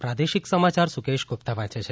પ્રાદેશિક સમાચાર સુકેશ ગુપ્તા વાંચે છે